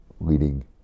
leading